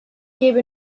gebe